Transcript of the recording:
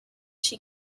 she